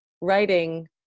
writing